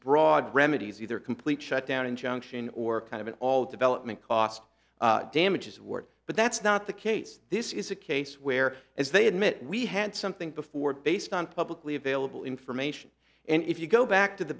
broad remedies either a complete shutdown injunction or kind of an all development cost damages word but that's not the case this is a case where as they admit we had something before based on publicly available information and if you go back to the